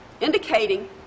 indicating